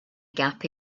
gap